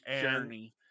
journey